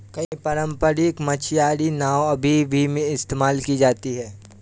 कई पारम्परिक मछियारी नाव अब भी इस्तेमाल की जाती है